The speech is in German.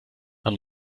man